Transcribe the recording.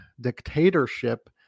dictatorship